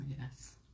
Yes